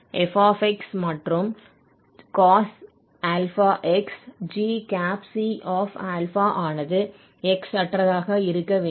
f மற்றும் cos αx gc ஆனது x அற்றதாக இருக்க வேண்டும்